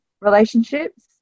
relationships